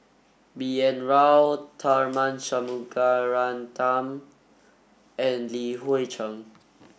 B N Rao Tharman Shanmugaratnam and Li Hui Cheng